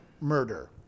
murder